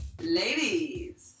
Ladies